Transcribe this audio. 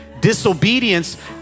disobedience